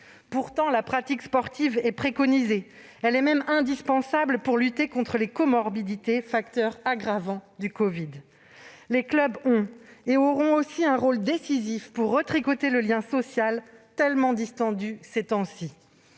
Pourtant, la pratique sportive est préconisée. Elle est même indispensable pour lutter contre les comorbidités, facteur aggravant du covid. Les clubs ont et auront aussi un rôle décisif à jouer pour retricoter le lien social, tellement distendu ces temps-ci,